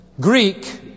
Greek